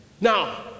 Now